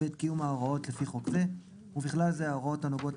ואת קיום ההוראות לפי חוק זה ובכלל זה ההוראות הנוגעות